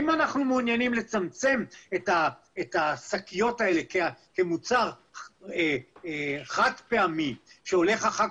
אם אנחנו מעוניינים לצמצמם את השקיות האלה כמוצר חד פעמי שהולך אחר